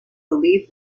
believe